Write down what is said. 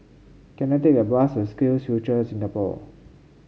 can I take a bus to SkillsFuture Singapore